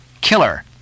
Killer